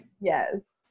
Yes